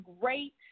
great